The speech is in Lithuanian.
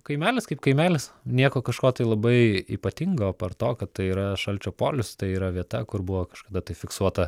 kaimelis kaip kaimelis nieko kažko tai labai ypatingo apart to kad tai yra šalčio polius tai yra vieta kur buvo kažkada tai fiksuota